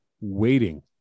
waiting